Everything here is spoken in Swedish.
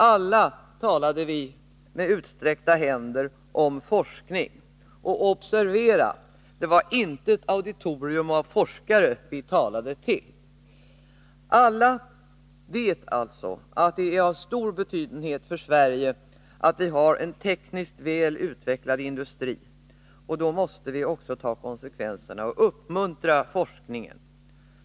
Alla talade vi med utsträckta händer om forskning, och observera: Det var inte ett auditorium av forskare som vi talade till. Alla vet alltså att det är av stor betydelse för Sverige att vi har en tekniskt väl utvecklad industri. Då måste vi också ta konsekvenserna och uppmuntra forskningen.